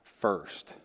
first